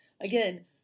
again